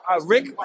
Rick